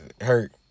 hurt